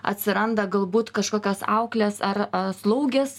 atsiranda galbūt kažkokios auklės ar slaugės